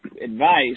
advice